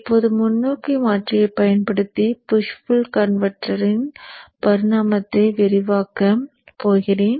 இப்போது முன்னோக்கி மாற்றியைப் பயன்படுத்தி புஷ் புல் கன்வெர்ட்டரின் பரிணாமத்தை விவரிக்கப் போகிறேன்